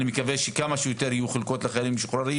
אני מקווה שכמה שיותר יהיו חלקות לחיילים משוחררים